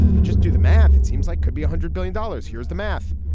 if you just do the math it seems like could be a hundred billion dollars. here's the math.